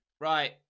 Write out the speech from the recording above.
Right